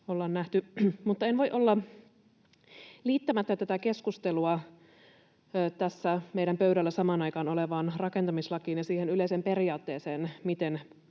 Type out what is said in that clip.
en voi olla liittämättä tätä keskustelua tässä meidän pöydällä samaan aikaan olevaan rakentamislakiin ja siihen yleiseen periaatteeseen, miten